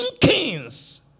kings